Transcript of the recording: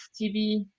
TV